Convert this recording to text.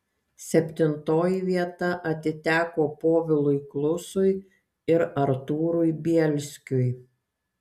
septintoji vieta atiteko povilui klusui ir artūrui bielskiui